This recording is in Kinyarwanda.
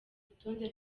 rutonde